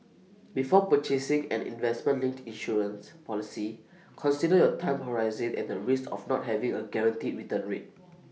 before purchasing an investment linked insurance policy consider your time horizon and the risks of not having A guaranteed return rate